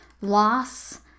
loss